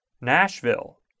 Nashville